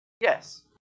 yes